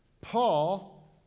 Paul